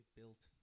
built